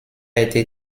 été